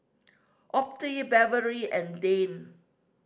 Otha Beverley and Dane